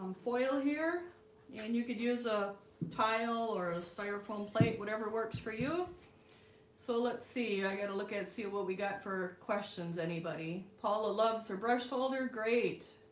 foil here yeah and you could use a tile or a styrofoam plate whatever works for you so, let's see. i gotta look and see what we got for questions. anybody paula loves her brush holder great